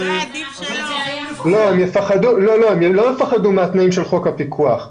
לא יפחדו מהתנאים של חוק הפיקח.